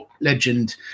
Legend